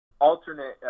alternate